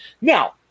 Now